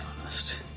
honest